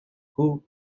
who